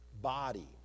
body